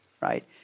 right